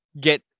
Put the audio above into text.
get